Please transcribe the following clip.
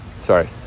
sorry